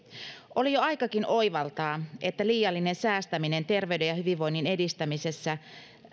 oli jo aikakin oivaltaa että liiallinen säästäminen terveyden ja hyvinvoinnin edistämisessä